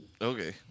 Okay